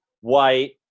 white